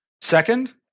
Second